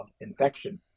infection